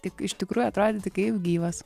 tik iš tikrųjų atrodyti kaip gyvas